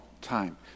time